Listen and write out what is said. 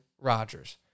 Rodgers